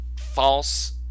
false